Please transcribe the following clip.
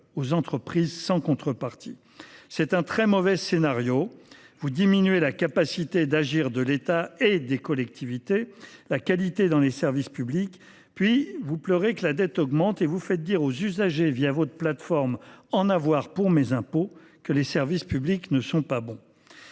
et ce sans contrepartie. C’est un très mauvais scénario : vous diminuez la capacité à agir de l’État et des collectivités, la qualité dans les services publics, puis vous pleurez que la dette augmente et vous faites dire aux usagers votre plateforme que les services publics ne sont pas bons.